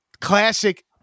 classic